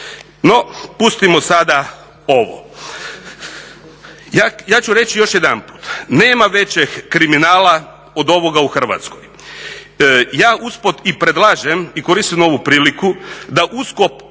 No, pustimo sada ovo. Ja ću reći još jedanput, nema većeg kriminala od ovoga u Hrvatskoj. Ja usput i predlažem i koristim ovu priliku da USKOK